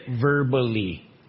verbally